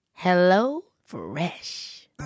HelloFresh